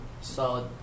solid